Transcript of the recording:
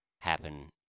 happen